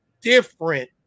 different